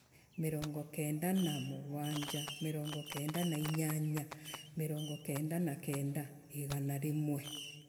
mirongo kenda na mugwanja. mirongo kenda nainyanya. mirongo kenda na kenda. igana rimwe.